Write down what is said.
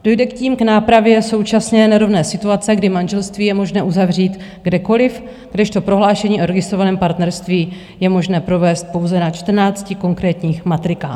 Dojde tím k nápravě současné nerovné situace, kdy manželství je možné uzavřít kdekoliv, kdežto prohlášení o registrovaném partnerství je možné provést pouze na čtrnácti konkrétních matrikách.